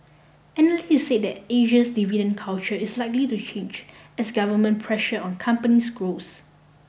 analysts said that Asia's dividend culture is likely to change as government pressure on companies grows